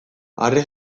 harri